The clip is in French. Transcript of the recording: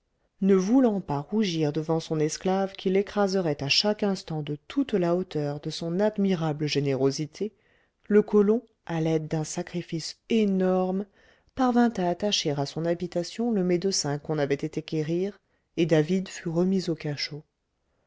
ne voulant pas rougir devant son esclave qui l'écraserait à chaque instant de toute la hauteur de son admirable générosité le colon à l'aide d'un sacrifice énorme parvint à attacher à son habitation le médecin qu'on avait été quérir et david fut remis au cachot